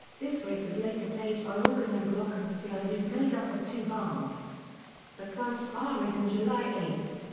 this riff is later played by organ and glockenspiel and is made up of two bars the first bar is in seven ah like eight,